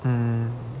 mm